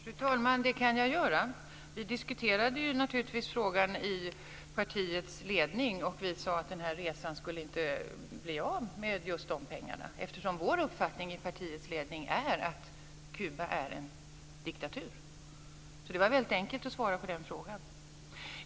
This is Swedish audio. Fru talman! Det kan jag göra. Vi diskuterade naturligtvis frågan i partiets ledning och sade att den resan inte skulle bli av med just de pengarna, eftersom vår uppfattning i partiledningen är att Kuba är en diktatur. Det var väldigt enkelt att svara på den frågan.